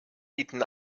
bieten